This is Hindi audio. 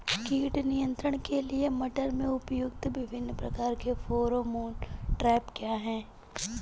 कीट नियंत्रण के लिए मटर में प्रयुक्त विभिन्न प्रकार के फेरोमोन ट्रैप क्या है?